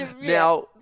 Now